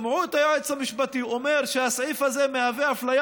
שמעו את היועץ המשפטי אומר שהסעיף הזה מהווה אפליה